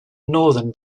northern